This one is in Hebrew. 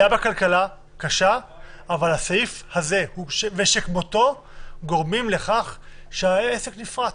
הסעיף הזה גורם לכך שהעסק נפרץ.